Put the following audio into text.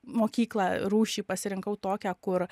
mokyklą rūšį pasirinkau tokią kur